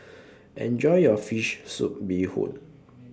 Enjoy your Fish Soup Bee Hoon